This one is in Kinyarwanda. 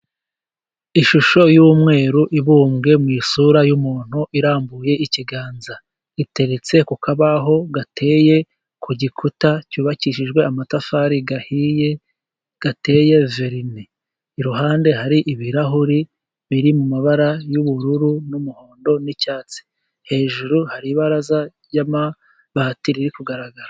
Ishusho y'umweru ibumbwe mu isura y'umuntu , irambuye ikiganza . Iteretse ku kabaho gateye ku gikuta cyubakishijwe amatafari ahiye , ateye verine. Iruhande hari ibirahuri biri mu mabara y'ubururu ,n'umuhondo n'icyatsi . Hejuru hari ibaraza ry'amabati riri kugaragara.